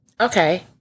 Okay